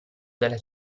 della